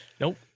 Nope